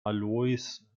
alois